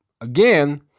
again